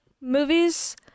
movies